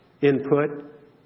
input